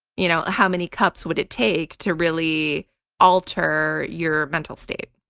you know how many cups would it take to really alter your mental state?